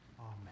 Amen